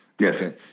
Yes